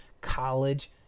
college